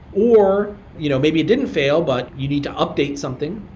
or you know maybe it didn't fail, but you need to update something.